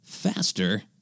faster